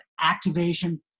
activation